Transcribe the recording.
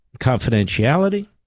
confidentiality